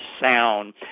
Sound